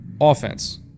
Offense